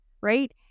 right